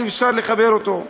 אי-אפשר לחבר אותו?